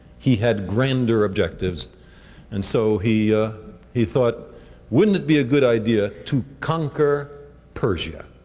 he had grandeur objectives and so he he thought wouldn't it be a good idea to conquer persia?